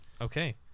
Okay